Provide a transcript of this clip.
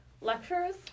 Lectures